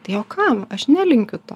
tai o kam aš nelinkiu to